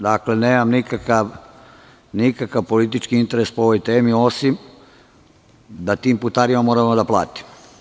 Dakle, nemam nikakv politički interes po ovoj temi, osim da tim putarima moramo da platimo.